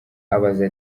abaza